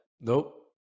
Nope